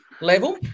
level